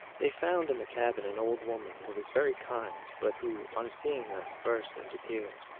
they found in the cabin an old woman, who was very kind, but who, on seeing them, burst into tears.